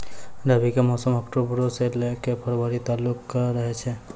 रबी के मौसम अक्टूबरो से लै के फरवरी तालुक रहै छै